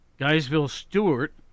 Guysville-Stewart